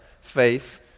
faith